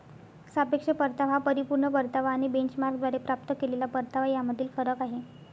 सापेक्ष परतावा हा परिपूर्ण परतावा आणि बेंचमार्कद्वारे प्राप्त केलेला परतावा यामधील फरक आहे